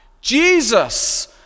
Jesus